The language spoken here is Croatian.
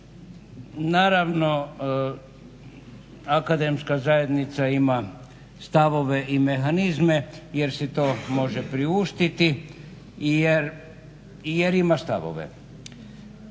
Naravno, akademska zajednica ima stavove i mehanizme jer si to može priuštiti i jer ima stavove.